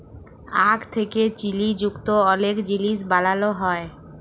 আখ থ্যাকে চিলি যুক্ত অলেক জিলিস বালালো হ্যয়